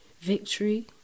victory